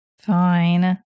Fine